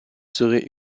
serait